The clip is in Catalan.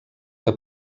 que